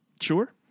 Sure